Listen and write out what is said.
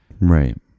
Right